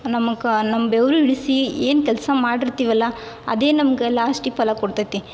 ನಮಗ ನಮ್ಮ ಬೆವ್ರು ಇಳಿಸಿ ಏನು ಕೆಲಸ ಮಾಡಿರ್ತೀವಲ್ಲ ಅದೇ ನಮ್ಗೆ ಲಾಸ್ಟಿಗೆ ಫಲ ಕೊಡ್ತೈತಿ